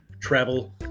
travel